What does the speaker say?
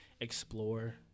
explore